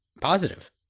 positive